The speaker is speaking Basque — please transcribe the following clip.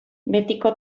betiko